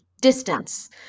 distance